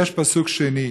ויש פסוק שני: